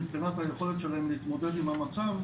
מבחינת היכולת שלהם להתמודד עם המצב,